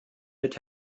mit